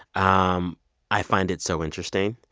um i find it so interesting.